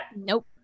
Nope